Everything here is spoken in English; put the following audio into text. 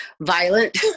violent